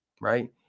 right